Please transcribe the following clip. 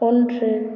ஒன்று